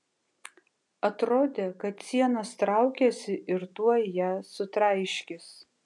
atrodė kad sienos traukiasi ir tuoj ją sutraiškys